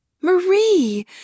Marie